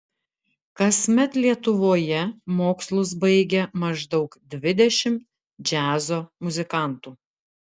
kasmet lietuvoje mokslus baigia maždaug dvidešimt džiazo muzikantų